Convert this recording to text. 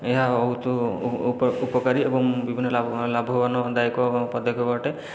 ଏହା ବହୁତ ଉପକାରୀ ଏବଂ ବିଭିନ୍ନ ଲାଭବାନ ଲାଭବାନଦାୟକ ପଦକ୍ଷେପ ଅଟେ